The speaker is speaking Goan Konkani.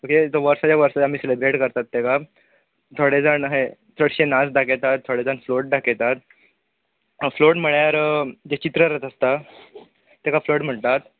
ओके तो वर्साच्या वर्सा आमी सेलब्रेट करतात तेका थोडे जाण अशें चडशें नाच दाखयतात थोडे जाण फ्लोट दाखयतात फ्लोट म्हळ्यार ते चित्ररथ आसता तेका फ्लोट म्हणटात